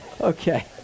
Okay